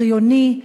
בריוני.